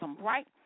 right